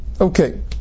Okay